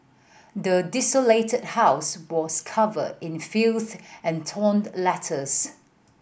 the desolated house was covered in filth and toned letters